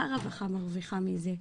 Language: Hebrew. מה הרווחה מרוויחה מזה?